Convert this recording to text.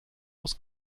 aus